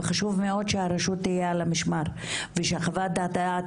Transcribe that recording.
וחשוב מאוד שהרשות תהיה על המשמר ושחוות הדעת